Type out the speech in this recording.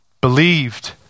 believed